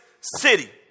city